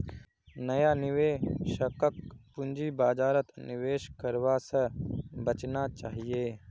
नया निवेशकक पूंजी बाजारत निवेश करवा स बचना चाहिए